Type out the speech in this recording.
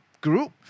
group